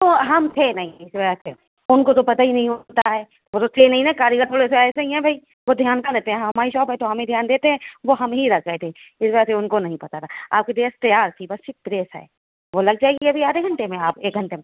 تو ہم تھے نہیں اس وجہ سے ان کو تو پتہ ہی نہیں ہوتا ہے وہ تو تھے نہیں نا کاریگر تھوڑے سے ایسے ہی ہیں بھئی وہ دھیان کہاں دیتے ہیں ہماری شاپ تو ہم ہی دھیان دیتے ہیں وہ ہم ہی رکھ گئے تھے اس وجہ سے ان کو نہیں پتا تھا آپ کی ڈریس تیار تھی بس صرف پریس ہے وہ لگ جائے گی ابھی آدھے گھنٹے میں آپ ایک گھنٹے میں